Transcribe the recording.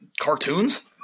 cartoons